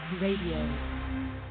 Radio